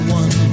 one